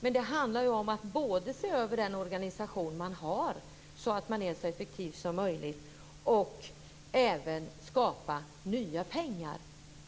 Men det handlar om både att se över den organisation man har så att man är så effektiv som möjligt och att skapa nya pengar.